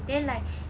oh